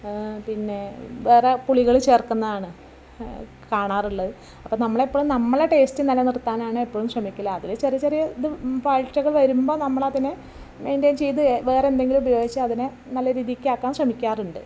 പിന്നെ വേറെ പുളികള് ചേർക്കുന്നത് കാണാം കാണാറുള്ളത് അപ്പം നമ്മളെപ്പളും നമ്മളുടെ ടേസ്റ്റ് നിലനിർത്താനാണ് എപ്പളും ശ്രമിക്കല് അതില് ചെറിയ ചെറിയ ഇതും പാളിച്ചകള് വരുമ്പോൾ നമ്മള് അതിനെ മെയിൻടെയിൻ ചെയ്ത് വേറെന്തെങ്കിലും ഉപയോഗിച്ച് അതിനെ നല്ല രീതിക്ക് ആക്കാൻ ശ്രമിക്കാറുണ്ട്